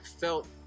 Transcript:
felt